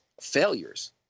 failures